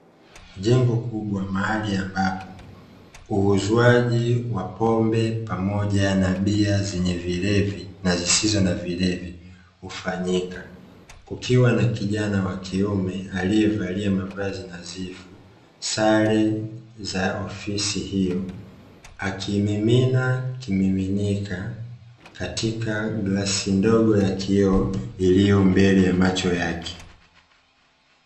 Jengo kubwa mahari ambapo uuzwaji wa pombe pamoja na bia zenye vilevi na zisizo na vilevi hufanyika. kukiwa na kijana wa kiume aliye valia mavazi nadhifu, sare za ofisi hiyo, akimimina kimiminika katika glasi ndogo ya kioo iliyo mbele ya macho yake.